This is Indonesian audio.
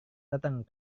datang